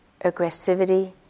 aggressivity